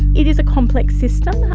it is a complex system,